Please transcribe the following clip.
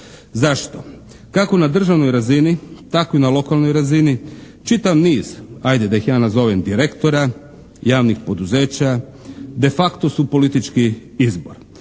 Zašto? Kako na državnoj razini tako i na lokalnoj razini, čitav niz ajde da ih ja nazovem direktora javnih poduzeća, de facto su politički izbor.